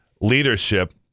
leadership